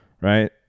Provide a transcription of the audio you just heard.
Right